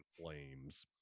Flames